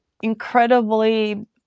incredibly